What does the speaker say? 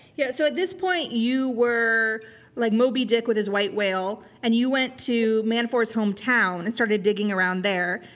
yeah, so at this point you were like moby-dick with his white whale, and you went to manafort's hometown and started digging around there,